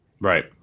Right